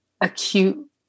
acute